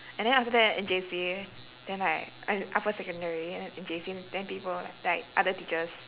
and then after that in J_C then I I upper secondary in J_C then people like other teachers